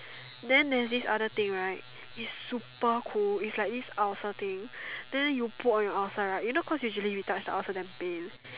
then there is this other thing right is super cool is like this ulcer thing then you put on your ulcer right you know cause usually you touch the ulcer damn pain